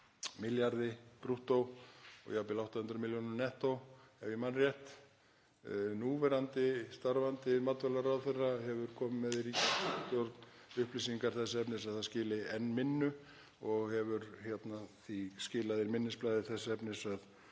milljarði brúttó og jafnvel 800 milljónum nettó, ef ég man rétt. Núverandi starfandi matvælaráðherra hefur komið með í ríkisstjórn upplýsingar þess efnis að það skili enn minna og hefur því skilað inn minnisblaði þess efnis að